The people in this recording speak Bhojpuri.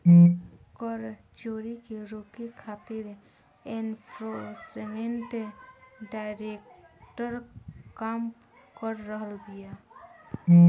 कर चोरी के रोके खातिर एनफोर्समेंट डायरेक्टरेट काम कर रहल बिया